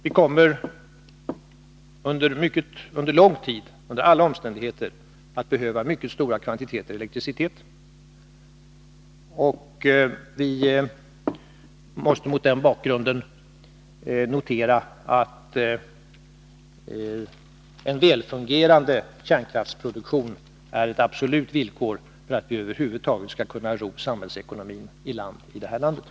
Vi kommer under lång tid under alla omständigheter att behöva mycket stora kvantiteter elektricitet, och mot den bakgrunden måste vi notera att en välfungerande kärnkraftsproduktion är ett absolut villkor för att vi över huvud taget skall kunna ro samhällsekonomin i hamn i det här landet.